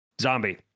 zombie